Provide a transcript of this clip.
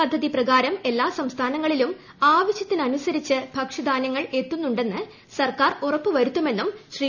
പദ്ധതി പ്രകാരം എല്ലാ സംസ്ഥാന ങ്ങളിലും ആവശൃത്തിനനുസരിച്ച് ഭക്ഷൃ ധാനൃങ്ങൾ എത്തുന്നു ണ്ടെന്ന് സർക്കാർ ഉറപ്പു വരുത്തുമെന്നും ശ്രീ